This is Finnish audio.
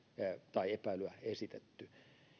tai epäilyä esitetty